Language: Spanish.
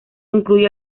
incluye